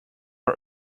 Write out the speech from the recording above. our